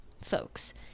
folks